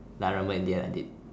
like remember in the end I did